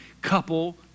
couple